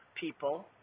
people